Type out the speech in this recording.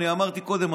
אמרתי קודם,